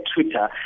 Twitter